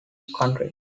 country